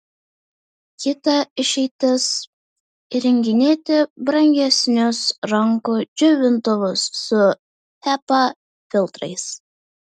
kita išeitis įrenginėti brangesnius rankų džiovintuvus su hepa filtrais